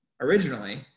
originally